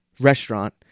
restaurant